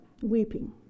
weeping